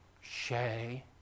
Shay